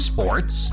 Sports